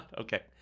Okay